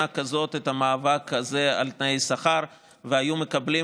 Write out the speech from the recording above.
כזאת את המאבק הזה על תנאי שכר והיו מקבלים,